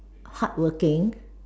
hardworking